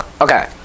Okay